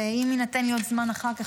ואם יינתן לי עוד זמן אחר כך,